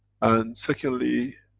and secondly,